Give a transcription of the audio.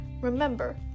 remember